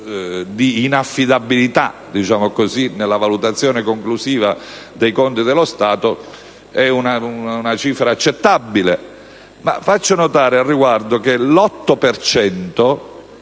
di inaffidabilità nella valutazione conclusiva dei conti dello Stato è una cifra accettabile: faccio notare al riguardo che l'8